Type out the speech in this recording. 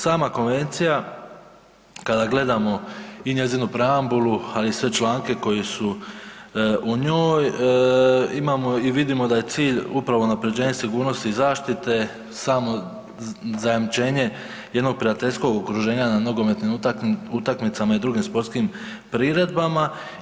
Sama konvencija kada gledamo i njezinu preambulu, ali i sve članke koji su u njoj, imamo i vidimo da je cilj upravo unaprjeđenje sigurnosti i zaštite samo zajamčenje jednog prijateljskog okruženja na nogometnim utakmicama i drugim sportskim priredbama.